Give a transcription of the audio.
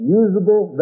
usable